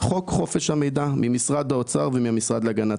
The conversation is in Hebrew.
חוק חופש המידע ממשרד האוצר ומהמשרד להגנת